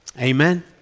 amen